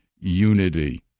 unity